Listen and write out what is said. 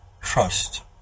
trust